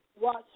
Watch